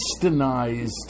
westernized